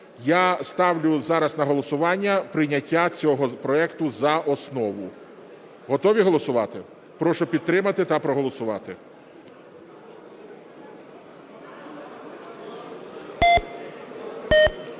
Я ставлю зараз на голосування прийняття цього проекту за основу. Готові голосувати? Прошу підтримати та проголосувати.